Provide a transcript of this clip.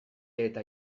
eta